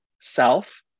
self